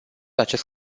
acest